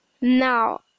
now